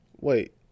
Wait